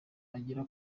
agera